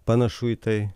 panašu į tai